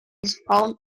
spawn